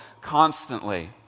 constantly